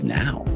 now